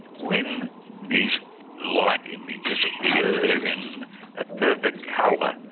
when these light images appear, they are in perfect colour,